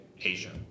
Asia